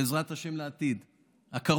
בעזרת השם, לעתיד הקרוב.